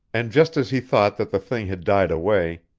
and just as he thought that the thing had died away,